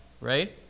right